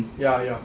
ya ya